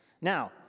Now